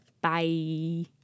bye